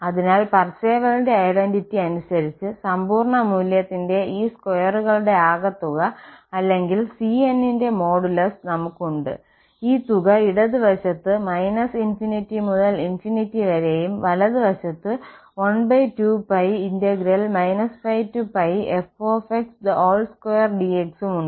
അതിനാൽ പാർസേവലിന്റെ ഐഡന്റിറ്റി അനുസരിച്ച് സമ്പൂർണ്ണ മൂല്യത്തിന്റെ ഈ സ്ക്വയറുകളുടെ ആകെത്തുക അല്ലെങ്കിൽ cn ന്റെ മോഡുലസ് നമുക്ക് ഉണ്ട് ഈ തുക ഇടത് വശത്ത് −∞ മുതൽ ∞ വരെയും വലതുവശത്ത് 12π πfx2dx ഉം ഉണ്ട്